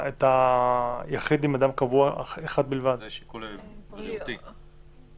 זה שיקול בריאותי.